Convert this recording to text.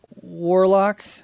Warlock